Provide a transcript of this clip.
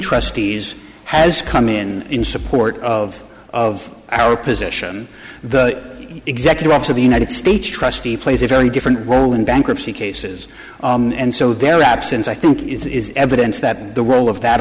trustees has come in in support of of our position the executive office of the united states trustee plays a very different role in bankruptcy cases and so their absence i think is evidence that the role of that